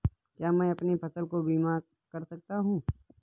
क्या मैं अपनी फसल का बीमा कर सकता हूँ?